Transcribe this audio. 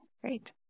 great